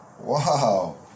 wow